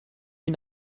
une